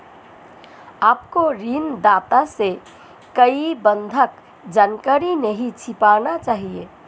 आपको ऋणदाता से कोई बंधक जानकारी नहीं छिपानी चाहिए